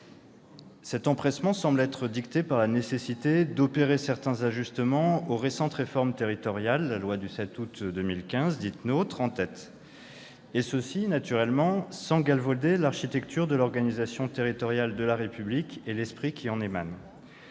Cet empressement semble dicté par la nécessité d'opérer certains ajustements aux récentes réformes territoriales, la loi du 7 août 2015 dite NOTRe en tête. Naturellement, ce travail doit être mené sans galvauder l'architecture de l'organisation territoriale de la République et l'esprit qui en émane.